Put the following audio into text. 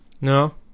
No